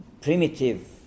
primitive